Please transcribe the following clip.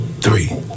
Three